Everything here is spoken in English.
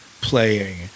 playing